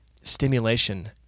stimulation